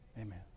amen